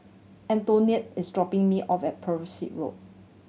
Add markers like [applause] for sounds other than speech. [unintelligible] is dropping me off at [unintelligible] Road